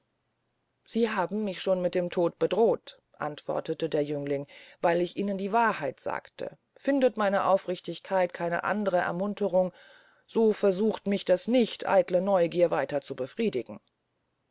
sie haben mich schon mit dem tode bedroht antwortete der jüngling weil ich ihnen die wahrheit sagte findet meine aufrichtigkeit keine andre ermunterung so versucht mich das nicht eitle neugier weiter zu befriedigen